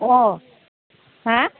अ हा